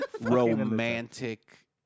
romantic